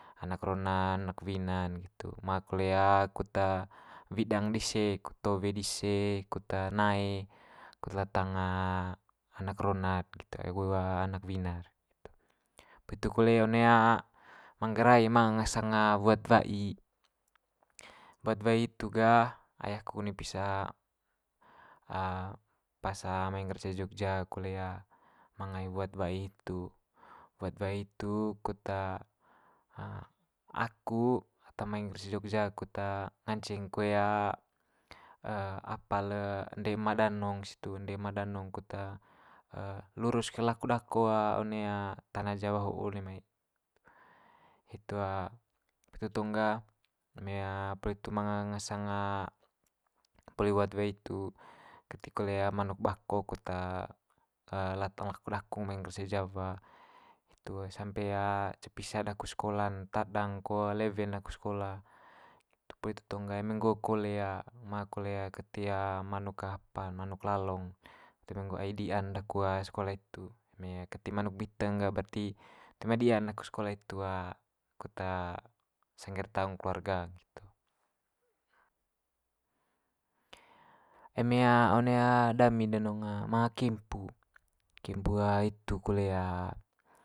Anak rona anak wina'n nggitu. Ma kole kut widang dise kut towe dise kut nae kut latang anak rona'd nggitu. Ai bo anak wina'r, poli itu kole one manggarai manga ngasang wuat wai wuat wai itu gah ai aku one pisa pas mai ngger cee jogja kole manga i wuat wai hitu, wuat wai hitu kut aku ata mai ngger ce jogja kut nganceng koe apa le ende ema danong situ ende ema danong kut lurus koe lako daku one tana jawa ho one mai hitu, itu tong ga one mai poli itu manga ngasang poli wuat wai itu keti kole manuk bakok kut latang lako daku mai ngger ce jawa, itu sampe cepisa daku sekola'n tadang ko lewe'n daku sekola. Poli itu tong ga eme nggo kole ma kole keti manuk apa manuk lalong nggo ai dia'n daku sekola hitu. Eme keti manuk miteng ga barti toe ma dia'n daku sekola itu kut sangge'r taung keluarga nggitu. Eme one dami danong ma kempu, kempu hitu kole.